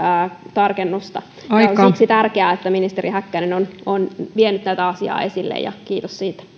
tarkennusta ja on siksi tärkeää että ministeri häkkänen on on vienyt tätä asiaa esille kiitos siitä